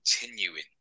continuing